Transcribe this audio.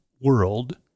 world